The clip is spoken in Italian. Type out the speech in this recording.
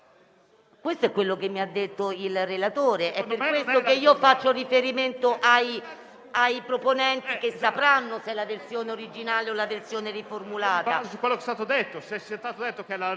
Questo è quello che mi ha detto il relatore. È per questo che faccio riferimento ai proponenti, che sapranno se è la versione originale o riformulata.